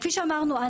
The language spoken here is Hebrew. כפי שאמרנו,